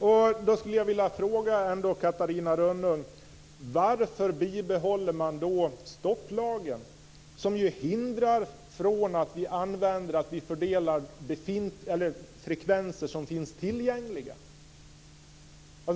Därför skulle jag vilja fråga Catarina Rönnung: Varför bibehåller man då stopplagen, som ju hindrar fördelning av frekvenser som finns tillgängliga?